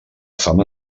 fama